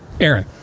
Aaron